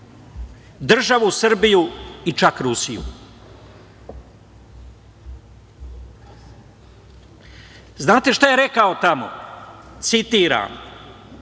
državu Srbiju i čak Rusiju. Znate šta je rekao tamo kada